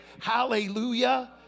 hallelujah